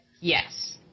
Yes